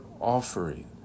offering